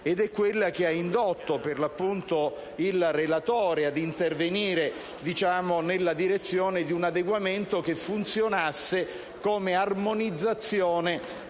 ed è quella che ha indotto il relatore ad intervenire nella direzione di un adeguamento che funzionasse come armonizzazione